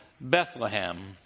Bethlehem